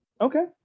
Okay